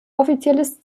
offizielles